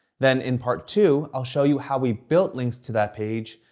then in part two, i'll show you how we built links to that page,